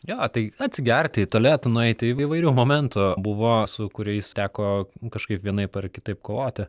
jo tai atsigerti į tualetą nueiti įvairių momentų buvo su kuriais teko kažkaip vienaip ar kitaip kovoti